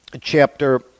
chapter